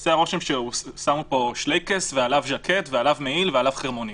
עושה רושם ששמו פה שלייקעס ועליו מעיל ועליו חרמונית,